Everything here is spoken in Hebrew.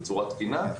בצורה תקינה,